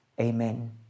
Amen